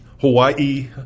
Hawaii